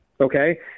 Okay